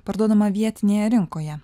parduodama vietinėje rinkoje